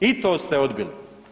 I to ste odbili.